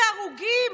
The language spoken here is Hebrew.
על 13 הרוגים,